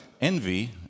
Envy